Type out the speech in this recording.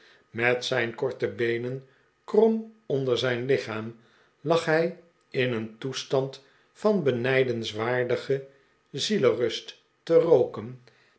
met zijn korte beenen krom onder zijn lichaam lag hij in een toestand van benijdenswaardige zielsrust te rooken